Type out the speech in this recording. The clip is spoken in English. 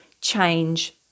change